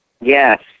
Yes